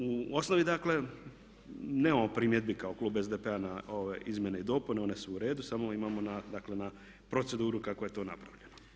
U osnovi dakle nemamo primjedbi kao klub SDP-a na ove izmjene i dopune, one su u redu, samo imamo dakle na proceduru kako je to napravljeno.